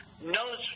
knows